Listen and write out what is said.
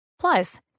plus